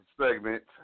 segment